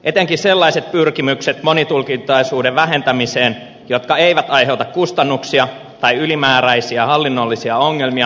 etenkin sellaiset pyrkimykset monitulkintaisuuden vähentämiseen jotka eivät aiheuta kustannuksia tai ylimääräisiä hallinnollisia ongelmia tulisi toteuttaa